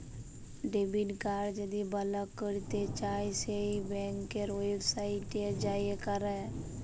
debit card যদি block ক্যরতে চাই সেট ব্যাংকের ওয়েবসাইটে যাঁয়ে ক্যর